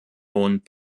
und